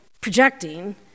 projecting